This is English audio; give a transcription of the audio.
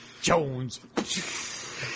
Jones